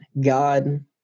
God